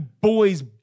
boys